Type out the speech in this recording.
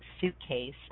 suitcase